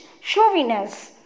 showiness